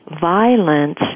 violence